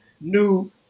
New